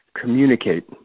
communicate